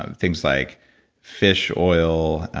and things like fish oil?